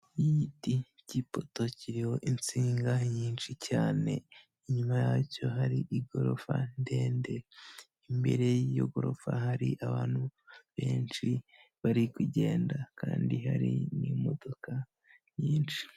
Igiti cy'ipoto kiriho insinga nyinshi cyane. Inyuma yacyo hari igorofa ndende, imbere y'iyo gorofa hari abantu benshi bari kugenda kandi hari n'imodoka nyinshi.